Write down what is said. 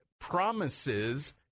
promises